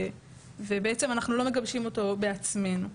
אנחנו בעצם לא מגבשים אותו בעצמנו.